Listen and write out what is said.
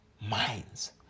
minds